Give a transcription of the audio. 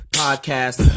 podcast